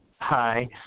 Hi